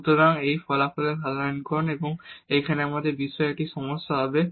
সুতরাং এটি এই ফলাফলের সাধারণীকরণ এবং এখন আমাদের এই বিষয়ে একটি সমস্যা হবে